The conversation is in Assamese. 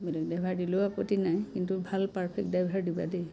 বেলেগ ড্ৰাইভাৰ দিলেও আপত্তি নাই কিন্তু ভাল পাৰ্ফেক্ট ড্ৰাইভাৰ দিবা দেই